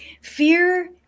fear